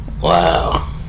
Wow